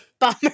Bummer